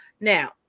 Now